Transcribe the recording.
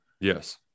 Yes